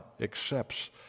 accepts